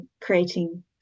creating